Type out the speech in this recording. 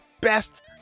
best